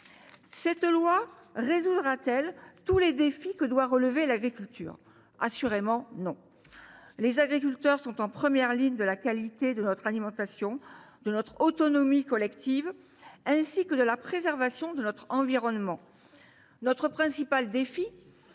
Cette loi résoudra t elle tous les défis que doit relever l’agriculture ? Assurément, non. Les agriculteurs sont en première ligne dans la défense de la qualité de notre alimentation et de notre autonomie collective ainsi que dans la préservation de notre environnement. Notre principal défi